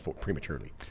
prematurely